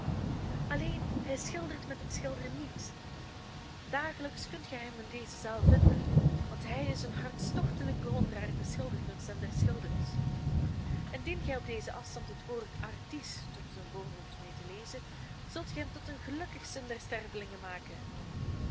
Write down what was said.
alleen hij schildert met den schilder niet dagelijks kunt gij hem in deze zaal vinden want hij is een hartstochtelijk bewonderaar der schilderkunst en der schilders indien gij op dezen afstand het woord artiste op zijn voorhoofd meent te lezen zult gij hem tot den gelukkigsten der stervelingen maken